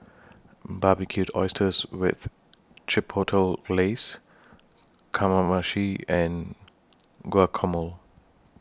Barbecued Oysters with Chipotle Glaze Kamameshi and Guacamole